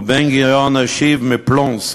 ובן-גוריון השיב: מפלונסק.